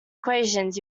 equations